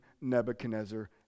Nebuchadnezzar